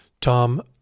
Tom